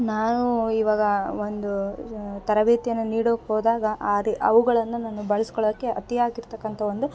ನಾನು ಇವಾಗ ಒಂದು ತರಬೇತಿಯನ್ನು ನೀಡೋಕೆ ಹೋದಾಗ ಆದೆ ಅವುಗಳನ್ನು ನಾನು ಬಳ್ಸ್ಕೊಳಕ್ಕೆ ಅತಿಯಾಗಿರ್ತಕ್ಕಂಥ ಒಂದು